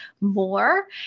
more